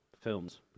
films